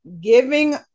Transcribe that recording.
giving